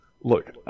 Look